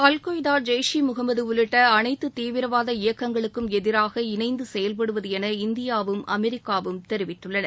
al Qaeda Jaish e Mohammed உள்ளிட்ட அனைத்து தீவிரவாத இயக்கங்களுக்கும் எதிராக இணைந்து செயல்படுவது என இந்தியவும் அமெரிக்காவும் தெரிவித்துள்ளன